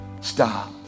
stop